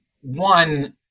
one